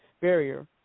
barrier